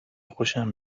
خوشم